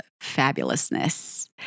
fabulousness